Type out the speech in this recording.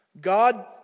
God